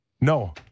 no